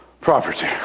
property